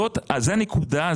זו הנקודה,